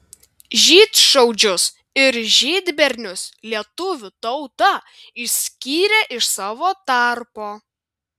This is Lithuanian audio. žydšaudžius ir žydbernius lietuvių tauta išskyrė iš savo tarpo